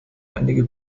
einige